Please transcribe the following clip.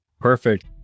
Perfect